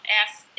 asked